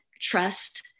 trust